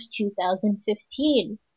2015